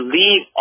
leave